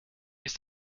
ist